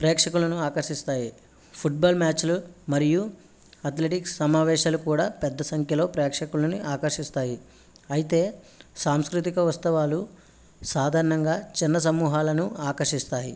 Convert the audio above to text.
ప్రేక్షకులను ఆకర్షిస్తాయి ఫుట్బాల్ మ్యాచులు మరియు అతలిటిక్స్ సమావేశాలు కూడా పెద్ద సంఖ్యలో ప్రేక్షకులను ఆకర్షిస్తాయి అయితే సాంస్కృతిక ఉత్సవాలు సాధారణంగా చిన్న సమూహాలను ఆకర్షిస్తాయి